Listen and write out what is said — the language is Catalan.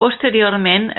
posteriorment